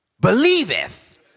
believeth